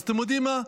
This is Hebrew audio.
אז אתם יודעים מה?